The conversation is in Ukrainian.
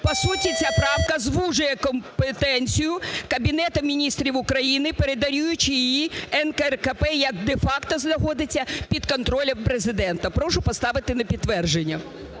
По суті, ця правка звужує компетенцію Кабінету Міністрів України передаючи її НКРЕКП, яка де-факто знаходиться під контролем Президента. Прошу поставити на підтвердження.